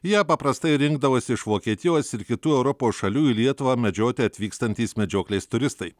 ją paprastai rinkdavosi iš vokietijos ir kitų europos šalių į lietuvą medžioti atvykstantys medžioklės turistai